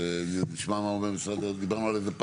בעצם מאפשרים שלא לעכב את תשלום יתרת המימון עד לתוצאות,